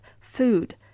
food